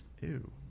Ew